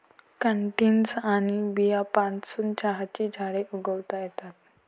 cuttings आणि बियांपासून चहाची झाडे उगवता येतात